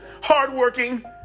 hardworking